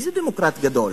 איזה דמוקרט גדול.